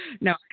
No